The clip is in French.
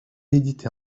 éditée